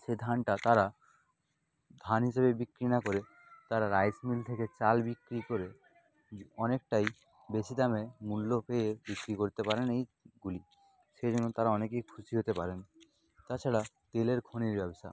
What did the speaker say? সেই ধানটা তারা ধান হিসাবে বিক্রি না করে তারা রাইস মিল থেকে চাল বিক্রি করে অনেকটাই বেশি দামে মূল্য পেয়ে বিক্রি করতে পারেন এইগুলি সেই জন্য তারা অনেকই খুশি হতে পারেন তাছাড়া তেলের খনির ব্যবসা